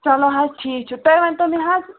چلو حظ ٹھیٖک چھُ تُہۍ ؤنۍتو مےٚ حظ